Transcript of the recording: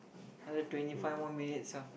another twenty five minutes ah